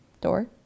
door